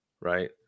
right